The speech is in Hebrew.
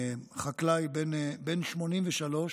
חקלאי בן 83,